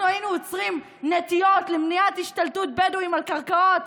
אנחנו היינו עוצרים נטיעות למניעת השתלטות בדואים על קרקעות?